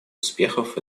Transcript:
успехов